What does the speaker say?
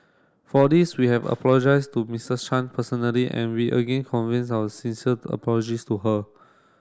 for this we have apologised to Mister Chan personally and we again our sincere apologies to her